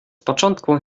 początku